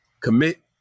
commit